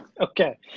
Okay